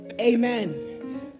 Amen